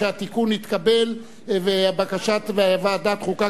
החלטת ועדת החוקה,